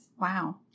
Wow